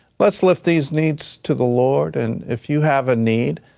let's lift these needs to the lord. and if you have a need,